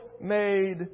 made